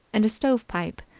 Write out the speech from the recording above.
and a stovepipe,